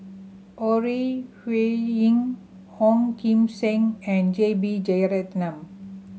Ore Huiying Ong Kim Seng and J B Jeyaretnam